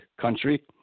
country